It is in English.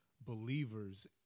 believers